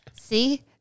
See